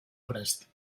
prest